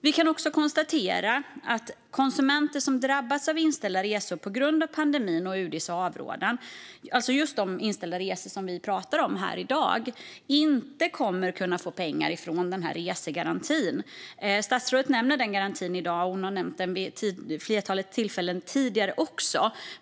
Vi kan också konstatera att konsumenter som drabbats av inställda resor på grund av pandemin och UD:s avrådan - alltså just de inställda resor vi pratar om här i dag - inte kommer att kunna få ersättning från resegarantin. Statsrådet nämnde den garantin i dag, och hon har tidigare nämnt den vid ett flertal tillfällen.